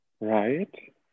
Right